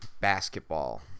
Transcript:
basketball